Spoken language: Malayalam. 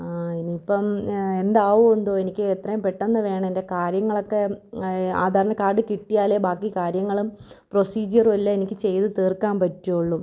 ഇനി ഇപ്പം എന്താകുവോ എന്തോ എനിക്ക് എത്രേം പെട്ടന്ന് വേണം എൻ്റെ കാര്യങ്ങളക്കെ ആധാറിൻ്റെ കാർഡ് കിട്ടിയാലെ ബാക്കി കാര്യങ്ങളും പ്രോസീജിയറും എല്ലാം എനിക്ക് ചെയ്ത് തീർക്കാൻ പറ്റുവുള്ളു